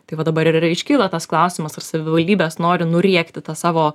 tai va dabar ir ir iškyla tas klausimas ar savivaldybės nori nuriekti tą savo